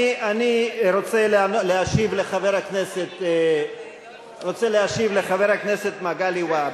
אני רוצה להשיב לחבר הכנסת מגלי והבה.